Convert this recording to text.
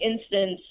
instance